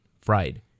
fried